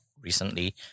recently